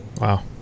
Wow